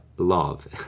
love